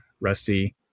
Rusty